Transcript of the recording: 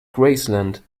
graceland